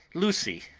lucy,